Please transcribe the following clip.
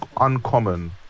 uncommon